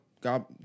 God